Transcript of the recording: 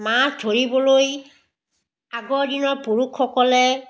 মাছ ধৰিবলৈ আগৰ দিনৰ পুৰুষসকলে